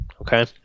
Okay